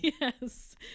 Yes